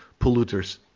polluters